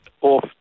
off